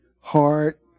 heart